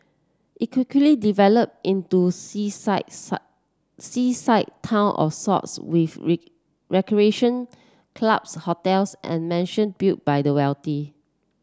it quickly developed into seaside seaside town of sorts with recreation clubs hotels and mansion built by the wealthy